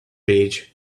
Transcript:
page